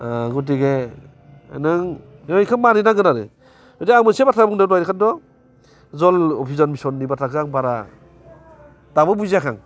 गथिखे नों नों एखौ मानि नांगोन आरो खिन्थु आं मोनसे बाथ्रा बुंदों दहाय बेखौथ' जल अभिजान मिसननि बाथ्राखौ आं बारा दाबो बुजियाखां